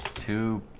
to